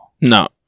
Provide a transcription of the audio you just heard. No